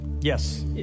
Yes